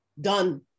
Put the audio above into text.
done